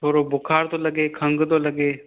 थोरो बुख़ार थो लॻे खंङ थो लॻे